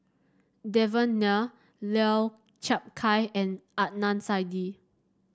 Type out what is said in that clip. Devan Nair Lau Chiap Khai and Adnan Saidi